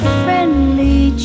friendly